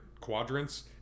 quadrants